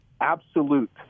absolute